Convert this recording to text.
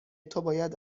توباید